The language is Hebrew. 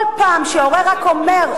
כל פעם שהורה רק אומר,